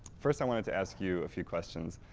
first i wanted to ask you a few questions,